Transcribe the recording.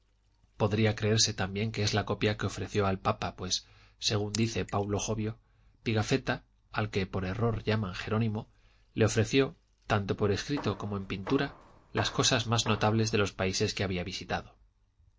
podría creerse también que es la copia que ofreció al papa pues según dice paulo jovio pigafetta al que por error llama jerónimo le ofreció tanto por escrito como en pintura las cosas más notables de los países que había visitado